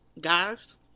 guys